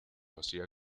hacía